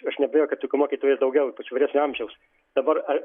aš neabejoju kad tokių mokytojų ir daugiau ypač vyresnio amžiaus dabar